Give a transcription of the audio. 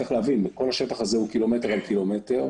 צריך להבין כול השטח הזה הוא קילומטר על קילומטר.